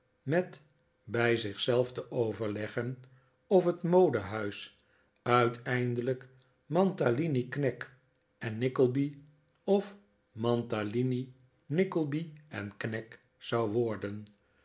met bij zich zelf te overleggen of het modehuis uiteindelijk mantalini knag en nickleby of mantalini nickleby en knag zou worden